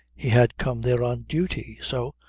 he had come there on duty. so,